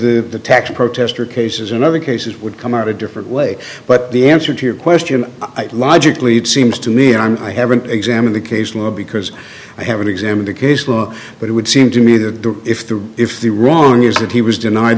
of the tax protester cases in other cases would come out a different way but the answer to your question i logically it seems to me i'm i haven't examined the case law because i haven't examined the case law but it would seem to me the if the if the wrong is that he was denied